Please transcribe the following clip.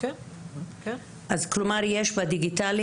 כלומר יש בדיגיטלי,